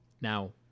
Now